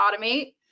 automate